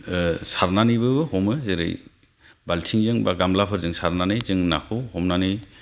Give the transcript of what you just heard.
सारनानैबो हमो जेरै बालथिंजों बा गामलाफोरजों सारनानै जों नाखौ हमनानै